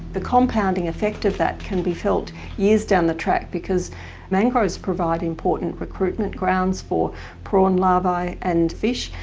the compounding effect of that can be felt years down the track, because mangroves provide important recruitment grounds for prawn larvae and fish,